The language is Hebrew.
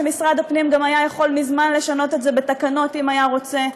שמשרד הפנים גם היה יכול מזמן לשנות את זה בתקנות אם היה רוצה.